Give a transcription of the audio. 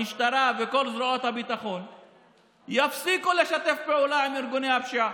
המשטרה וכל זרועות הביטחון יפסיקו לשתף פעולה עם ארגוני הפשיעה,